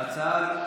אדוני.